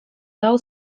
dał